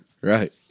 Right